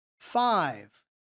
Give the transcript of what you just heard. Five